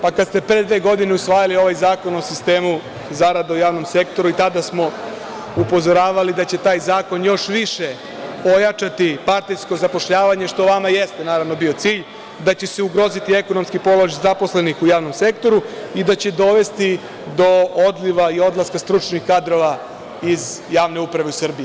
Pa, kada ste pre dve godine usvajali ovaj Zakon o sistemu zarada u javnom sektoru i tada smo upozoravali da će taj zakon još više pojačati partijsko zapošljavanje što vama i jeste bio cilj, da će se ugroziti ekonomski položaj zaposlenih u javnom sektoru i da će dovesti do odliva i odlaska stručnih kadrova iz javne uprave u Srbiji.